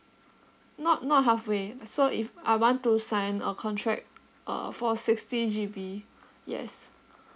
not not halfway uh so if I want to sign a contract uh for sixty G_B yes